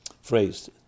phrased